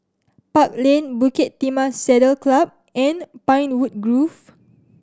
Park Lane Bukit Timah Saddle Club and Pinewood Grove